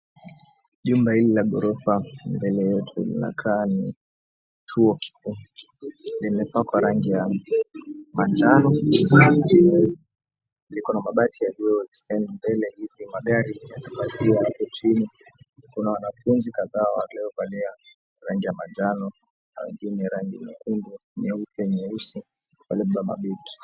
Jumba hili la ghorofa mbele yetu linakaa ni chuo kikuu. Limepakwa rangi ya majano. Liko na mabati yaliyoezekwa mbele hivi. Magari yamepakiwa hapo chini. Kuna wanafunzi kadhaa waliovalia rangi ya majano na wengine rangi nyekundu, nyeupe, nyeusi wamebeba mabeji.